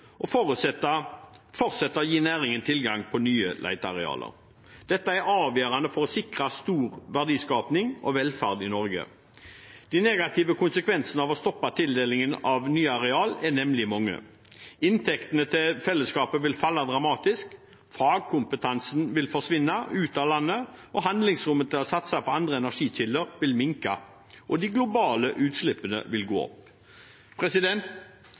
fortsette å gi næringen tilgang på nye letearealer. Dette er avgjørende for å sikre stor verdiskaping og velferd i Norge. De negative konsekvensene av å stoppe tildelingen av nye areal er nemlig mange: Inntektene til fellesskapet vil falle dramatisk, fagkompetansen vil forsvinne ut av landet, og handlingsrommet til å satse på andre energikilder vil minke. Og de globale utslippene vil gå opp.